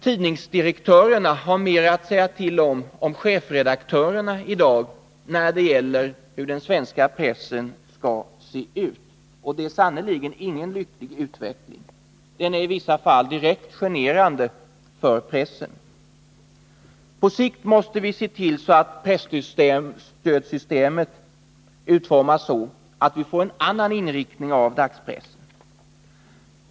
Tidningsdirektörerna har i dag mer att säga till om än chefredaktörerna när det gäller hur den svenska pressen skall se ut. Det är sannerligen ingen lycklig utveckling. Den är i vissa fall direkt generande för pressen. På sikt måste vi se till att presstödssystemet utformas så, att vi får en annan inriktning av dagspressen.